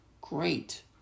great